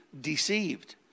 deceived